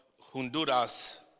Honduras